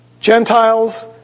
Gentiles